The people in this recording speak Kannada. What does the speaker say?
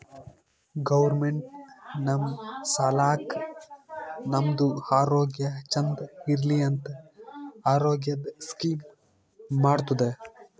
ಗೌರ್ಮೆಂಟ್ ನಮ್ ಸಲಾಕ್ ನಮ್ದು ಆರೋಗ್ಯ ಚಂದ್ ಇರ್ಲಿ ಅಂತ ಆರೋಗ್ಯದ್ ಸ್ಕೀಮ್ ಮಾಡ್ತುದ್